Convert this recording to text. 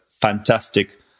fantastic